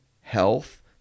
health